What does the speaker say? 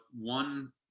one